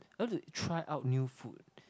I'd like to try out new food